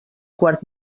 quart